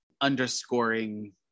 underscoring